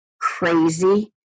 crazy